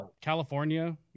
California